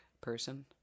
person